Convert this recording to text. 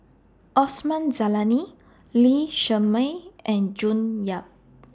Osman Zailani Lee Shermay and June Yap